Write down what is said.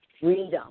freedom